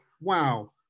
wow